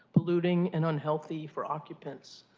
polluting and unhealthy for occupants,